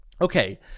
Okay